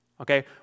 Okay